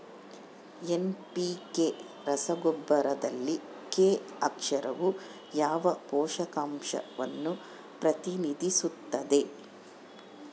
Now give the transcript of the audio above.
NPK ರಸಗೊಬ್ಬರದಲ್ಲಿ K ಅಕ್ಷರವು ಯಾವ ಪೋಷಕಾಂಶವನ್ನು ಪ್ರತಿನಿಧಿಸುತ್ತದೆ?